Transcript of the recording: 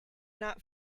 not